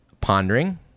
pondering